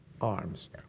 arms